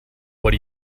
what